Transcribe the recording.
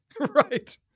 Right